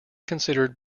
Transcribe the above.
considered